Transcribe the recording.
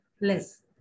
less